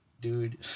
dude